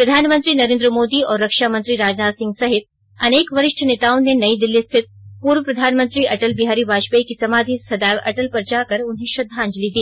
प्रधानमंत्री नरेन्द्र मोदी और रक्षा मंत्री राजनाथ सिंह सहित अनेक वरिष्ठ नेताओं ने नई दिल्ली स्थित पूर्व प्रधानमंत्री अटल बिहारी वाजपेयी की समाधि सदैव अटल पर जाकर उन्हें श्रद्वांजलि दी